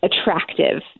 attractive